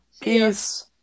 Peace